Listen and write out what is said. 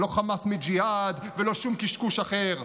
לא חמאס מג'יהאד ולא שום קשקוש אחר.